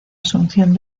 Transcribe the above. asunción